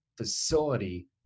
facility